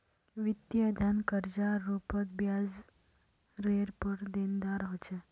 वित्तीय धन कर्जार रूपत ब्याजरेर पर देनदार ह छे